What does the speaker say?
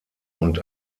und